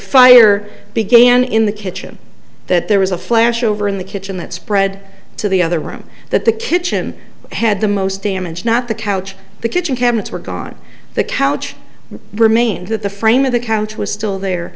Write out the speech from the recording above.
fire began in the kitchen that there was a flashover in the kitchen that spread to the other room that the kitchen had the most damage not the couch the kitchen cabinets were gone the couch remains that the frame of the couch was still there